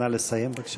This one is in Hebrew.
נא לסיים, בבקשה.